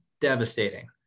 devastating